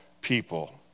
people